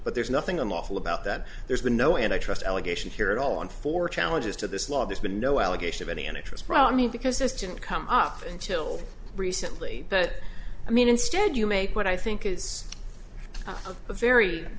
but there's nothing unlawful about that there's been no and i trust allegation here at all and for challenges to this law there's been no allegation of any interest from me because this didn't come up until recently but i mean instead you make what i think is a very